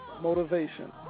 Motivation